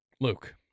Luke